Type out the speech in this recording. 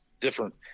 different